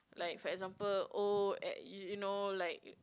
like for example oh eh you know like